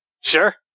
Sure